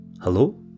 Hello